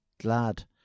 glad